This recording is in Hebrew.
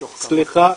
סליחה,